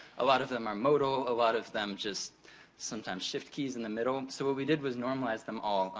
a lot of them are modal. a lot of them just sometimes shift keys in the middle. so, what we did was normalize them all.